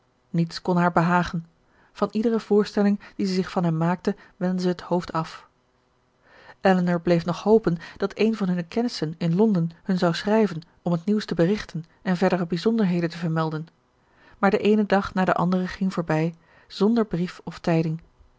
niets kon haar behagen van iedere voorstelling die ze zich van hem maakte wendde zij het hoofd af elinor bleef nog hopen dat een van hunne kennissen in londen hun zou schrijven om het nieuws te berichten en verdere bijzonderheden te vermelden maar de eene dag na de andere ging voorbij zonder brief of tijding